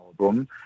album